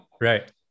Right